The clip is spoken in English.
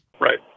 Right